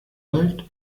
läuft